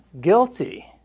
guilty